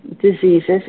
diseases